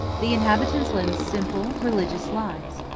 the inhabitants led simple, religious lives.